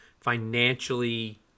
financially